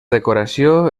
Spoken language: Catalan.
decoració